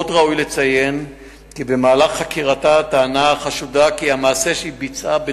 עוד ראוי לציין כי במהלך חקירתה טענה החשודה כי המעשה שביצעה בא